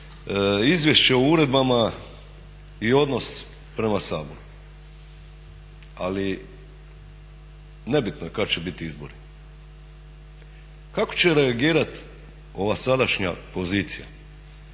izvješće o uredbama i odnos prema Saboru. Ali nebitno je kada će biti izbori. Kako će reagirati ova sadašnja pozicija